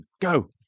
go